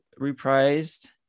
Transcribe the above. reprised